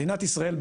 מדינת ישראל ,